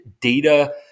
data